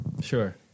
Sure